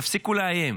תפסיקו לאיים,